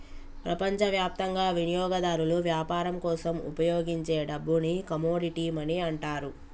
ప్రపంచవ్యాప్తంగా వినియోగదారులు వ్యాపారం కోసం ఉపయోగించే డబ్బుని కమోడిటీ మనీ అంటారు